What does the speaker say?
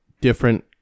different